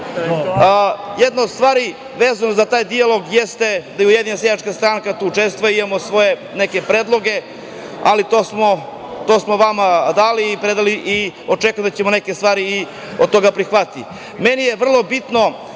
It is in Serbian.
kraju. Jedna od stvari vezano za taj dijalog jeste da je Ujedinjena seljačka stranka tu učestvovala. Imamo neke svoje predloge, a ali to smo vama dali, predali i očekujem da ćemo neke stvari od toga i prihvatiti. Meni je vrlo bitna